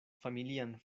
familian